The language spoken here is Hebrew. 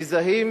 מזהים